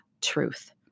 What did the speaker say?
truth